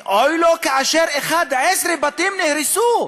ואוי לו כאשר 11 בתים נהרסו.